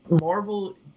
Marvel